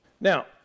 Now